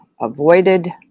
avoided